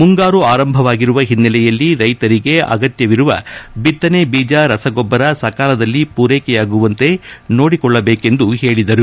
ಮುಂಗಾರು ಆರಂಭವಾಗಿರುವ ಹಿನ್ನೆಲೆಯಲ್ಲಿ ರೈತರಿಗೆ ಅಗತ್ಯವಿರುವ ಭಿತ್ತನೆ ಬೀಜ ರಸಗೊಬ್ಬರ ಸಕಾಲದಲ್ಲಿ ಪೂರೈಕೆಯಾಗುವಂತೆ ನೋಡಿಕೊಳ್ಳಬೇಕೆಂದು ಹೇಳಿದರು